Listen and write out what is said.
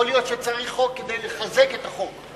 יכול להיות שצריך חוק כדי לחזק את החוק.